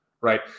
right